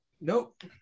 Nope